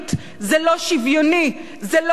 זה לא שוויוני, זה לא חוקתי.